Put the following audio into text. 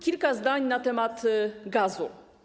Kilka zdań na temat gazu.